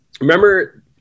remember